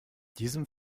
diesem